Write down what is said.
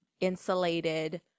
insulated